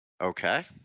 Okay